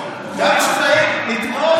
יעקב.